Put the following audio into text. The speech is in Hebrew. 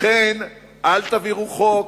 לכן, אל תעבירו חוק